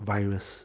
virus